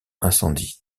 incendie